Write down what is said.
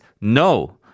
no